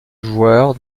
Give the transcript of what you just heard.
joueur